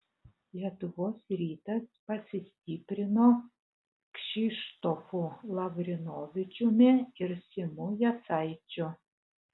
lietuvos rytas pasistiprino kšištofu lavrinovičiumi ir simu jasaičiu